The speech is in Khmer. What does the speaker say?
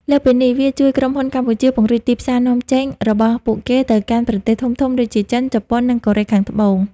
លើសពីនេះ វាជួយក្រុមហ៊ុនកម្ពុជាពង្រីកទីផ្សារនាំចេញរបស់ពួកគេទៅកាន់ប្រទេសធំៗដូចជា ចិន ជប៉ុន និងកូរ៉េខាងត្បូង។